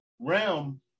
realm